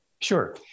Sure